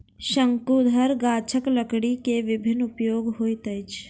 शंकुधर गाछक लकड़ी के विभिन्न उपयोग होइत अछि